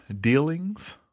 dealings